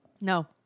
No